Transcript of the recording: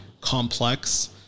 complex